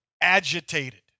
agitated